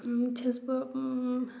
چھَس بہٕ